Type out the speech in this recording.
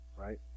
right